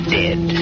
dead